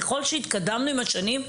ככל שהתקדמנו עם השנים,